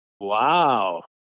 Wow